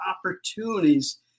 opportunities